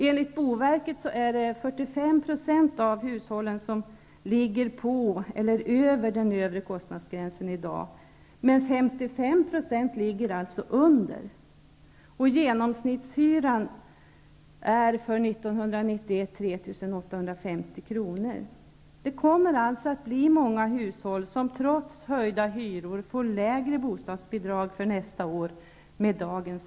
Enligt boverket ligger 45 % av hushållen på eller över den övre kostnadsgränsen. 55 % ligger alltså under. Genomsnittshyran för 1991 är 3 850 kr. Många hushåll kommer således med dagens förslag, trots höjda hyror, att få lägre bostadsbidrag för nästa år.